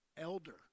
elder